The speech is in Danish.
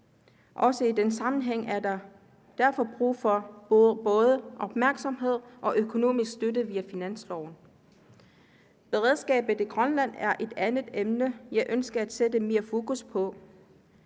også i den sammenhæng brug for både opmærksomhed og økonomisk støtte via finansloven. Beredskabet i Grønland er et andet emne, jeg ønsker at sætte mere fokus på.